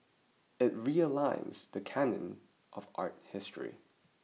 it realigns the canon of art history